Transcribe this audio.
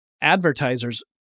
advertisers